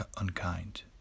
unkind